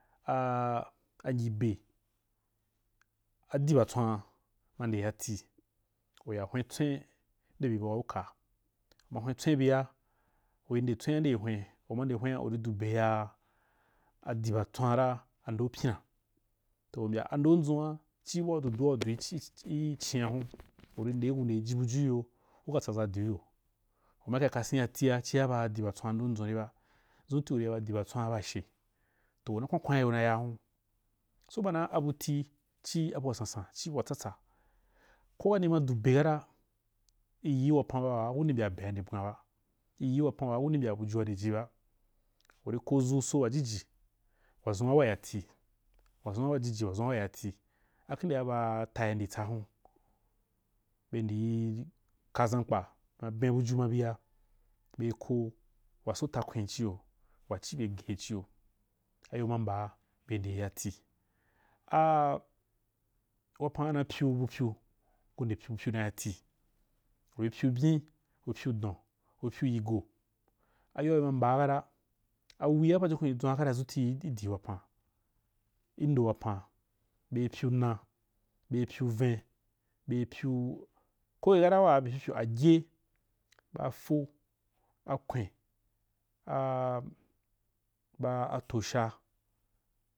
A-angiei, adibatswaa ma nde tati uya hwen tswwen ndebi bai uka uma hwen tswen bia, uri nde tswena nde hwen uma nde hwene uri dubeyaa, adibtas hwene uri nde tswena nde hwen uma nde hwena urid ube yaa adibatswaara ando pyin’a toh u mbya a ando ando nzua’a chi bua uri be i chinagun, uri ndeku ndei ji buguyo’i ukatsaza diu yo, uma ka kasau yatai chia a dibatswaa ndo nzun riba, zuu’iti rui yaba dibatswaa bashe, toh una nwankwaniya nay aa ri hun, sobana abuti chii abua sansan chi buatsatsa ko kani ma du be kata, iyii wapan ba waa ki nde mbyaa be abwanba iyii wapan ba waa ku nde mbya bujua nde i ba, uri kozuso wajiji, wazunaw yati wazaun’a awajiji wazuna awa ya ti, a khendea abaa atai nditsahun, ne ndii ka zakpa ma ben buju mabia, ei ko wa takwen chiyo, wachi be ghel i chinyo ayo ma mbaa, na pyubupyu, ku nde pyu na yati, uripyu byei uri pu don, uri pyu yigo, ayoa bema mbaa kata, awai pajukuu idwan akata lu tii idii wapan indo wapan, beipyu na bei pyu ven, beipyu na, bei pyu ben, bei ppyu-boye kata wa agyrn ba afo, akwan a-baa atosha